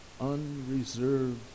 unreserved